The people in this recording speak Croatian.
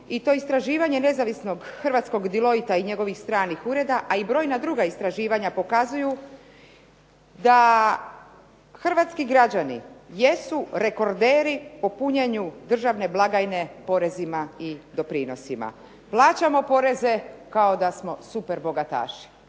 i to istraživanje nezavisnog hrvatskog Deloittea i njegovih stranih ureda, a i brojna druga istraživanja pokazuju da hrvatski građani jesu rekorderi po punjenju državne blagajne porezima i doprinosima. Plaćamo poreze kao da smo super bogataši